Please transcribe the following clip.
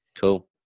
Cool